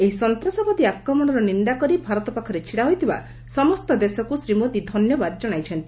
ଏହି ସନ୍ତାସବାଦୀ ଆକ୍ରମଣର ନିନ୍ଦା କରି ଭାରତ ପାଖରେ ଛିଡ଼ା ହୋଇଥିବା ସମସ୍ତ ଦେଶକୁ ଶ୍ରୀ ମୋଦି ଧନ୍ୟବାଦ ଜଣାଇଛନ୍ତି